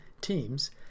teams